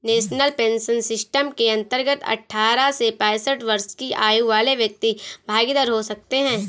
national pension system के अंतर्गत अठारह से पैंसठ वर्ष की आयु वाले व्यक्ति भागीदार हो सकते हैं